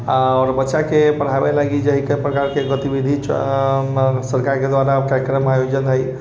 आओर बच्चाके पढ़ाबै लागि जे हइ कै प्रकारके गतिविधि सरकारके दुआरा कार्यक्रमके आयोजन हइ